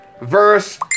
Verse